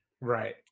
Right